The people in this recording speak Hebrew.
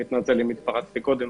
מתנצל על התפרצותי קודם.